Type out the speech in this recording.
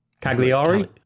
Cagliari